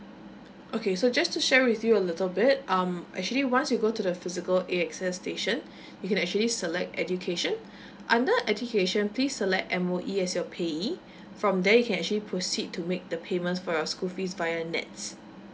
okay so just to share with you a little bit um actually once you go to the physical A_X_S station you can actually select education under education please select M_O_E as your payee from there you can actually proceed to make the payment for your school fees via N_E_T_S